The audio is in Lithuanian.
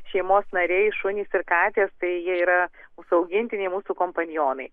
šeimos nariai šunys ir katės tai jie yra mūsų augintiniai mūsų kompanionai